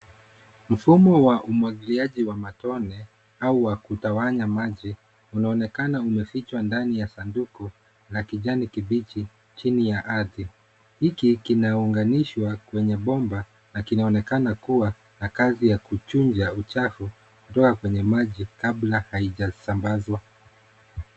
Mfumo wa umwagiliaji wa matone au wa kutawanya maji unaonekana umefichwa ndani ya sanduku la kijani kibichi chini ya ardhi. Hiki kinaunganishwa kwenye bomba na kinaonekana kuwa na kazi ya kuchuja uchafu kutoka kwenye maji kabla haijasmabazwa.